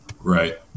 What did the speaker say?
Right